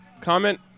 Comment